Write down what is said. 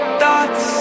thoughts